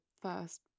first